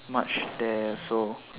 much there so